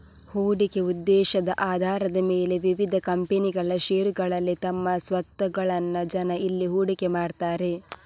ಹೂಡಿಕೆ ಉದ್ದೇಶದ ಆಧಾರದ ಮೇಲೆ ವಿವಿಧ ಕಂಪನಿಗಳ ಷೇರುಗಳಲ್ಲಿ ತಮ್ಮ ಸ್ವತ್ತುಗಳನ್ನ ಜನ ಇಲ್ಲಿ ಹೂಡಿಕೆ ಮಾಡ್ತಾರೆ